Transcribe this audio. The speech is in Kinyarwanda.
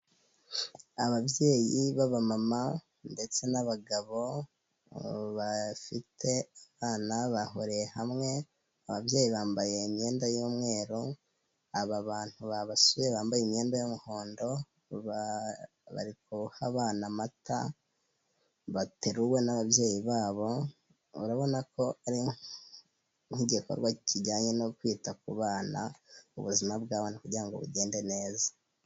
Ababyeyi b'abamama ndetse n'abagabo bafite abana bahuriye hamwe, ababyeyi bambaye imyenda y'umweru, aba bantu babasuye bambaye imyenda y'umuhondo bari guha abana amata bateruwe n'ababyeyi babo, urabona ko ari nk'igikorwa kijyanye no kwita ku bana, ubuzima bw'abana kugira ngo bugende neza.